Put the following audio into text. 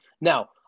Now